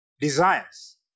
desires